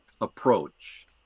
approach